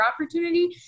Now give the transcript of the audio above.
opportunity